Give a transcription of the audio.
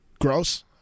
Gross